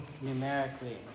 numerically